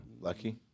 Lucky